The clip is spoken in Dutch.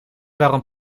waarom